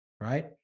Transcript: right